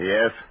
Yes